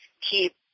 keep